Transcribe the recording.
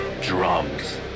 drums